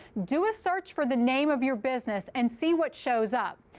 do a search for the name of your business and see what shows up.